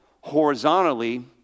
horizontally